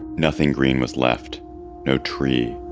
nothing green was left no tree,